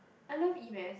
I love E-math